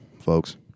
folks